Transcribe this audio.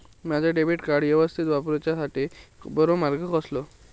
माजा debit card यवस्तीत वापराच्याखाती बरो मार्ग कसलो?